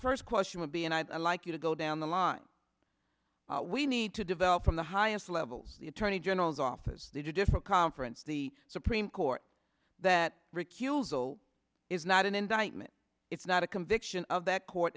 first question would be and i'd like you to go down the line we need to develop from the highest levels the attorney general's office the different conference the supreme court that recusal is not an indictment it's not a conviction of that court